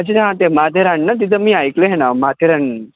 अच्छा अच्छा ते माथेरान ना तिथं मी ऐकलं आहे हे नाव माथेरान